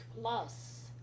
plus